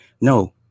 No